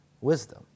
wisdom